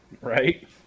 Right